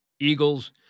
Eagles